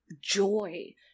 joy